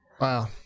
Wow